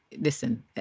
listen